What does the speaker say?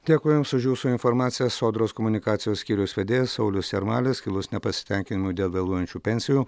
dėkui jums už jūsų informaciją sodros komunikacijos skyriaus vedėjas saulius jarmalis kilus nepasitenkinimui dėl vėluojančių pensijų